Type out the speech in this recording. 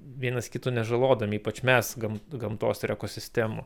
vienas kito nežalodami ypač mes gam gamtos ir ekosistemų